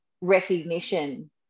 recognition